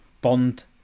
Bond